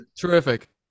Terrific